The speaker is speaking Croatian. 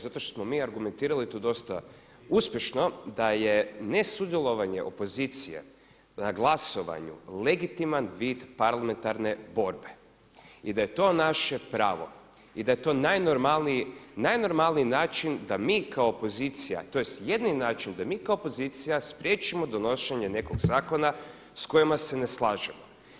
Zato što smo mi argumentirali i to dosta uspješno da je ne sudjelovanje opozicije na glasovanju legitiman vid parlamentarne borbe i da je to naše pravo, i da je to najnormalniji način da mi kao opozicija tj. jedini način da mi kao opozicija spriječimo donošenje nekog zakona s kojima se ne slažemo.